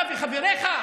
אתה וחבריך?